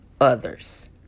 others